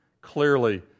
clearly